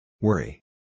Worry